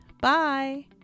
Bye